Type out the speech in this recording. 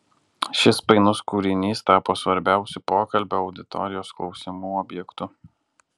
šis painus kūrinys tapo svarbiausiu pokalbio auditorijos klausimų objektu